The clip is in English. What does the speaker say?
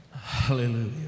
Hallelujah